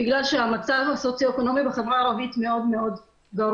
בגלל שהמצב הסוציו-אקונומי בחברה הערבית מאוד גרוע.